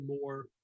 more